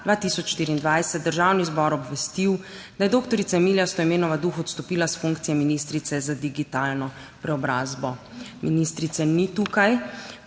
2024, Državni zbor obvestil, da je dr. Emilija Stojmenova Duh odstopila s funkcije ministrice za digitalno preobrazbo – ministrice ni tukaj,